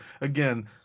again